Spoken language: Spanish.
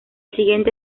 siguiente